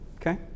Okay